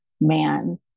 man